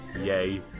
yay